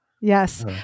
Yes